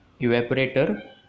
Evaporator